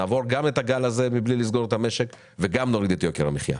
נעבור גם את הגל הזה מבלי לסגור את המשק וגם נוריד את יוקר המחיה.